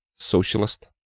socialist